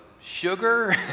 sugar